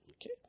Okay